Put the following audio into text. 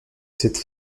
cette